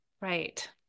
right